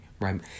right